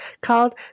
called